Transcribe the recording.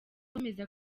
ukomeza